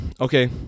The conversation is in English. okay